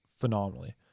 phenomenally